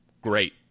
great